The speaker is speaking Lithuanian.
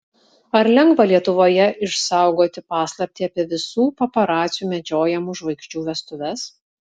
ar lengva lietuvoje išsaugoti paslaptį apie visų paparacių medžiojamų žvaigždžių vestuves